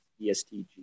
ESTG